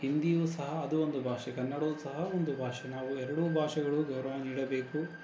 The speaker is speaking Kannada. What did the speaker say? ಹಿಂದಿಯೂ ಸಹ ಅದು ಒಂದು ಭಾಷೆ ಕನ್ನಡವೂ ಸಹ ಒಂದು ಭಾಷೆ ನಾವು ಎರಡೂ ಭಾಷೆಗಳೂ ಗೌರವ ನೀಡಬೇಕು